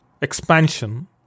Expansion